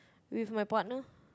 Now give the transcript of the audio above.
with my partner